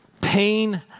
pain